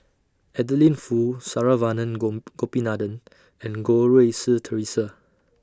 Adeline Foo Saravanan Gopinathan and Goh Rui Si Theresa